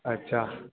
اچھا